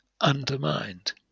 undermined